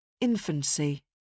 Infancy